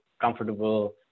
comfortable